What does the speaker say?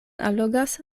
allogas